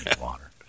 water